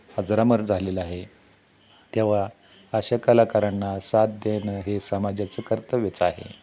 अजरामर झालेलं आहे तेव्हा अशा कलाकारांना साथ देणं हे समाजाचं कर्तव्यच आहे